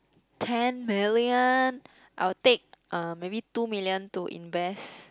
ten million I will take uh maybe two million to invest